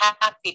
happy